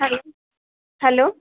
hello hello